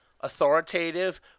authoritative